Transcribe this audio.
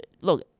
Look